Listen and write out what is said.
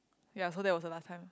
ya so that was the last time